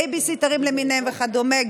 בייביסיטרים למיניהם וכדומה,